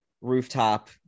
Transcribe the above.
rooftop